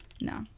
No